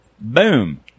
Boom